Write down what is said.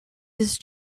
his